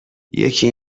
یکی